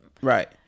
Right